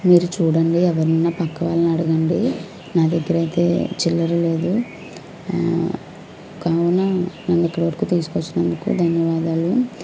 మీరు చూడండి ఎవర్నన్న పక్క వాళ్ళని అడగండి నా దగ్గర అయితే చిల్లర లేదు ఆ కావున నన్ను ఇక్కడ వరకు తీసుకు వచ్చినందుకు ధన్యవాదాలు